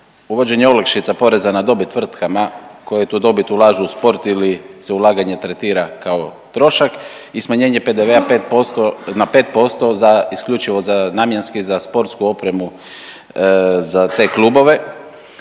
uvođenje olakšica poreza na dobit tvrtkama koje tu dobit ulažu u sport ili se ulaganje tretira kao trošak i smanjenje PDV-a 5%, na 5% za, isključivo za, namjenski za sportsku opremu za te klubove